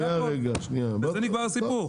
זה הכול, בזה נגמר הסיפור.